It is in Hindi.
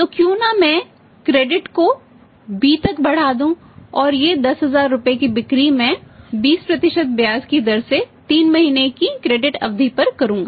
तो क्यों न मैं क्रेडिट को B तक बढ़ा दूं और ये 10000 रुपये की बिक्री मैं 20 ब्याज की दर से 3 महीने की क्रेडिट अवधि पर करूंगा